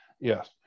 Yes